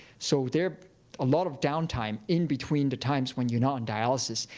so there's a lot of downtime in between the times when you're not on dialysis.